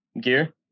gear